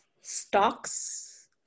stocks